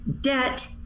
debt